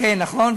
כן, נכון.